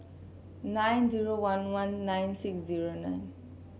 nine zero one one nine six zero nine